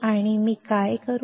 आणि मी काय करू